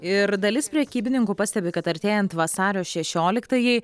ir dalis prekybininkų pastebi kad artėjant vasario šešioliktajai